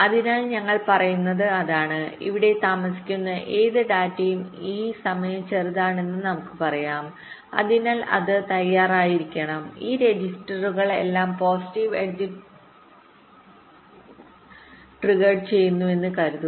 അതിനാൽ ഞങ്ങൾ പറയുന്നത് അതാണ് ഇവിടെ താമസിക്കുന്ന ഏത് ഡാറ്റയും ഈ സമയം ചെറുതാണെന്ന് നമുക്ക് പറയാം അതിനാൽ അത് തയ്യാറായിരിക്കണം ഈ രജിസ്റ്ററുകൾ എല്ലാം പോസിറ്റീവ് എഡ്ജ് ട്രിഗഡ്ചെയ്യുന്നുവെന്ന് കരുതുക